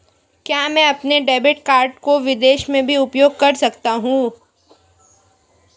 क्या मैं अपने डेबिट कार्ड को विदेश में भी उपयोग कर सकता हूं?